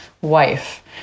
wife